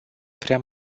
prea